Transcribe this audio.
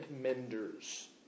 menders